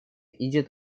идет